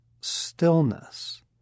stillness